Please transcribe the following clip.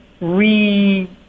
re-